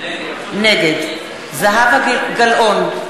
נגד זהבה גלאון,